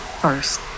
first